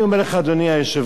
אני אומר לך, אדוני היושב-ראש,